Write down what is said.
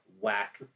whack